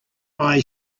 eyes